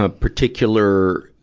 ah particular,